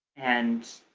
and,